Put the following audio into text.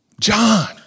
John